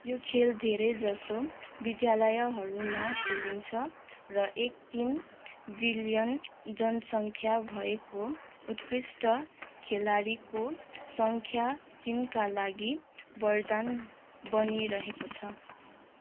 यो खेल धेरै जसो विद्यालयहरूमा खेलिन्छ र एक तिन बिलियन जनसङ्ख्या भएको उत्कृष्ट खेलाडीको सङख्या चिनका लागि वरदान बनिरहेको छ